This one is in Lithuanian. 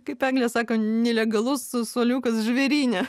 kaip eglė sako nelegalus suoliukas žvėryne